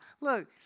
Look